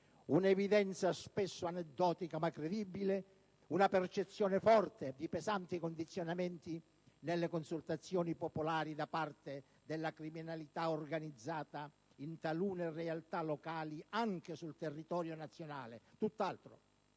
un'evidenza spesso aneddotica ma credibile, una percezione forte di pesanti condizionamenti nelle consultazioni popolari da parte della criminalità organizzata in talune realtà locali anche sul territorio nazionale. Tutt'altro.